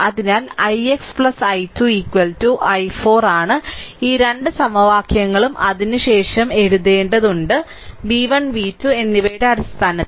അതിനാൽ ix i2 i4 ആണ് ഈ 2 സമവാക്യങ്ങളും അതിനുശേഷം എഴുതേണ്ടത് v1 v2 എന്നിവയുടെ അടിസ്ഥാനത്തിൽ